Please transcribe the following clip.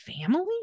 family